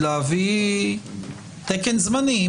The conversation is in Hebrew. להעסיק תקן זמני?